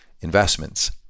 investments